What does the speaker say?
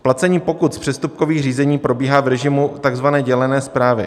Placení pokut z přestupkových řízení probíhá v režimu takzvané dělené správy.